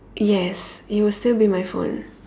yes it will still be my phone